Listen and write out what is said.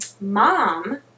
mom